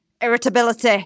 irritability